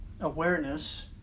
awareness